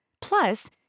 Plus